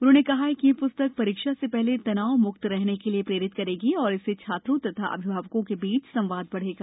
उन्होंने कहा कि यह प्स्तक परीक्षा से पहले तनाव मुक्त रहने के लिए प्रेरित करेगी और इससे छात्रों तथा अभिभावकों के बीच संवाद बढ़ेगा